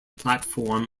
platform